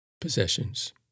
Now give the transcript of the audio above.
Possessions